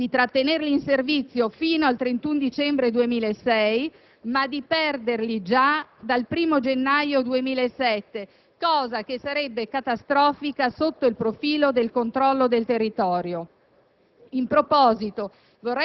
nel quale si prevedeva il trattenimento in servizio, fino al 31 ottobre 2006, degli agenti ausiliari del 63° corso. Tuttavia, agli ausiliari occorre garantire una soluzione definitiva, altrimenti si rischia